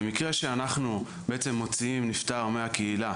במקרה שאנחנו בעצם מוציאים נפטר מהקהילה,